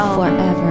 forever